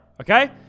okay